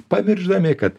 pamiršdami kad